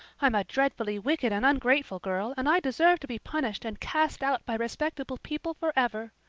i'm a dreadfully wicked and ungrateful girl, and i deserve to be punished and cast out by respectable people forever.